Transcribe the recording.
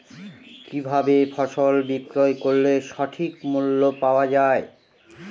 কি ভাবে ফসল বিক্রয় করলে সঠিক মূল্য পাওয়া য়ায়?